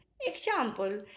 Example